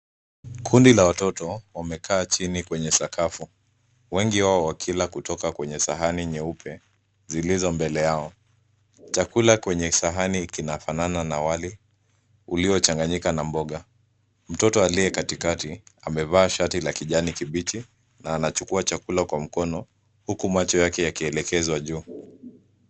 Kundi la watoto wamekaa chini kwenye sakafu, wengi wao wakila kutoka kwenye sahani nyeupe zilizo mbele yao. Chakula kwenye sahani kinafanana na wali uliochanganyika na mboga. Mtoto aliye katikati amevaa shati la kijani kibichi na anachukua chakula kwa mkono, huku macho yake yakielekezwa juu.